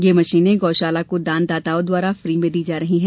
यह मशीने गौ शाला को दान दाताओ द्वारा फ्री में दी जा रही है